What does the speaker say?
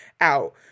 out